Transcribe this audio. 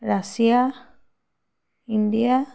Russia India